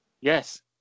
Yes